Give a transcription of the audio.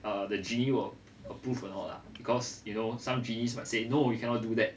err the genie will approve or not lah because you know some genies might say no you cannot do that